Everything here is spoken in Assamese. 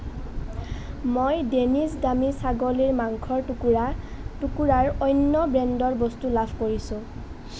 মই ডেনিছ দামী ছাগলীৰ মাংসৰ টুকুৰা টুকুৰাৰ অন্য ব্ৰেণ্ডৰ বস্তু লাভ কৰিছোঁ